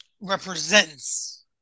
represents